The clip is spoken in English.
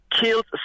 killed